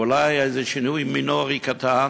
אולי איזה שינוי מינורי, קטן.